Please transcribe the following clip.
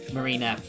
Marina